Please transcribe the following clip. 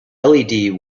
led